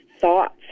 thoughts